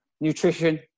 Nutrition